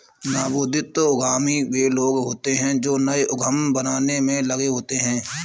नवोदित उद्यमी वे लोग होते हैं जो नए उद्यम बनाने में लगे होते हैं